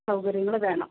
സൗകര്യങ്ങള് വേണം